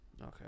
Okay